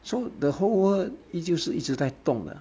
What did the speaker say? so the whole world 依旧是一直在动的